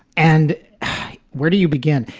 and where do you begin?